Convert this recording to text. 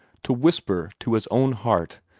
to whisper to his own heart,